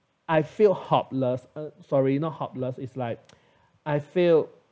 I feel hopeless uh sorry not hopeless is like I feel